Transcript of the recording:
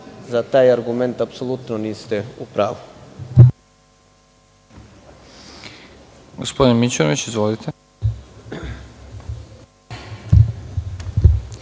za taj argument apsolutno niste u pravu.